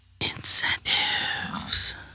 Incentives